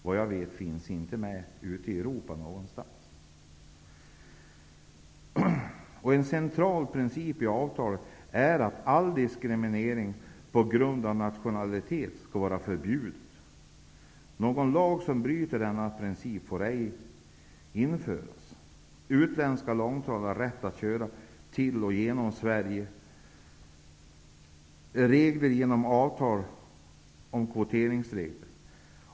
Vad jag vet finns inte dessa bestämmelser någonstans i Europa. En central princip i avtalet är att all diskriminering på grund av nationalitet skall vara förbjuden. Någon lag som bryter denna princip får ej införas. Utländska långtradare har rätt att köra till och genom Sverige. Det regleras för närvarande genom avtal om kvoteringsregler.